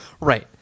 Right